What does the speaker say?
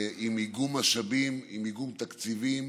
עם איגום משאבים, עם איגום תקציבים